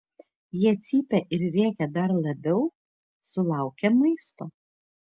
jie cypia ir rėkia dar labiau sulaukę maisto